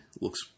Looks